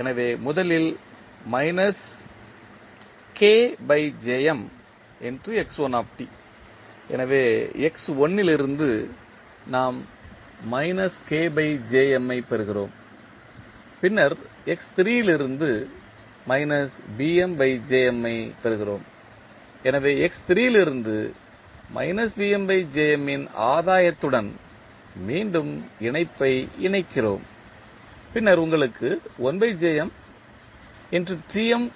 எனவே முதலில் எனவே இலிருந்து நாம் ஐப் பெறுகிறோம் பின்னர் இலிருந்து ஐப் பெறுகிறோம் எனவே லிருந்து இன் ஆதாயத்துடன் மீண்டும் இணைப்பை இணைக்கிறோம் பின்னர் உங்களுக்கு